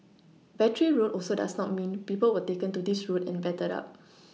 Battery road also does not mean people were taken to this road and battered up